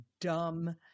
dumb